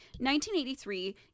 1983